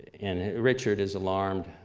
and richard is alarmed,